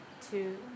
two